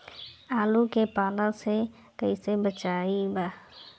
आलु के पाला से कईसे बचाईब?